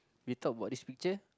we talk about this picture